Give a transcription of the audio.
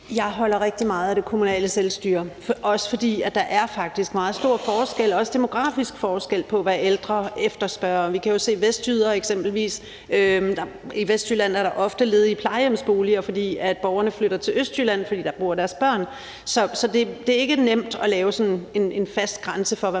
Jeg holder mig meget af det kommunale selvstyre, også fordi der faktisk er meget stor forskel, også demografisk forskel, på, hvad ældre efterspørger. Vi kan jo se, at der i Vestjylland ofte er ledige plejehjemsboliger, fordi borgerne flytter til Østjylland, fordi deres børn bor dér. Så det er ikke nemt at sætte sådan en fast grænse for,